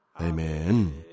Amen